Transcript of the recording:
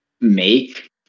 make